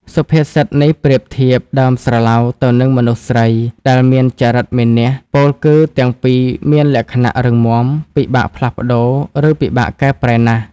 សុភាសិតនេះប្រៀបធៀបដើមស្រឡៅទៅនឹងមនុស្សស្រីដែលមានចរិតមានះ ពោលគឺទាំងពីរមានលក្ខណៈរឹងមាំ ពិបាកផ្លាស់ប្តូរ ឬពិបាកកែប្រែណាស់។